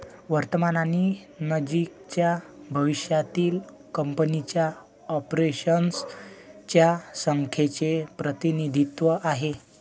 वर्तमान आणि नजीकच्या भविष्यातील कंपनीच्या ऑपरेशन्स च्या संख्येचे प्रतिनिधित्व आहे